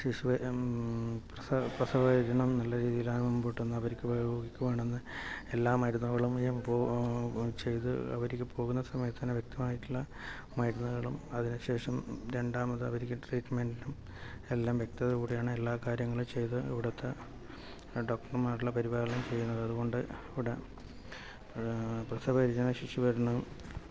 ശിശു പ്രസവം പരിചരണം നല്ല രീതിയിൽ ആണ് മുന്നോട്ടു പോകുന്നത് അവർക്ക് വേണ്ടുന്ന ഏല്ലാ മരുന്നുകളും വെച്ച് അവർക്കു പോകുന്ന സമയത്തു തന്നെ വ്യക്തമായിട്ടുള്ള മരുന്നുകളും അതിനുശേഷം രണ്ടാമത് അവർക്ക് ട്രീറ്റ്മെൻറ്റും എല്ലാം വ്യക്തതയോടു കുടിയാണ് എല്ലാ കാര്യങ്ങളും ചെയ്തു ഇവിടുത്തെ ഡോക്ടർമാർ പരിപാലനം ചെയ്യുന്നത് അതുകൊണ്ട് ഇവിടെ പ്രസവപരിചരണം ശിശു പരിചരണം